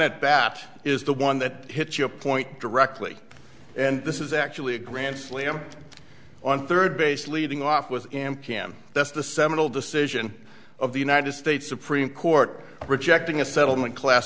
one at bat is the one that hit your point directly and this is actually a grand slam on third base leading off with cam that's the seminal decision of the united states supreme court rejecting a settlement class